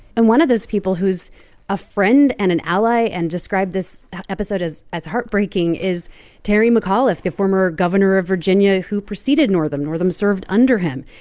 and one of those people who's a friend and an ally and described this episode as as heartbreaking is terry mcauliffe, the former governor of virginia who preceded northam. northam served under him.